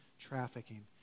trafficking